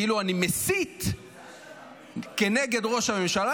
כאילו אני מסית כנגד ראש הממשלה.